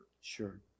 Sure